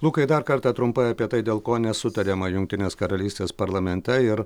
lukai dar kartą trumpai apie tai dėl ko nesutariama jungtinės karalystės parlamente ir